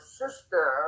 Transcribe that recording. sister